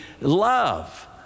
love